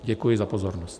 Děkuji za pozornost.